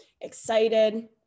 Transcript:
excited